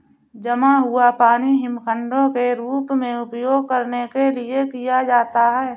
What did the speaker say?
जमा हुआ पानी हिमखंडों के रूप में उपयोग करने के लिए किया जाता है